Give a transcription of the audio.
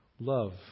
Love